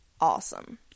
Awesome